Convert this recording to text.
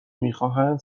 میخواهند